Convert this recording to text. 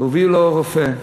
הביאו לו רופא,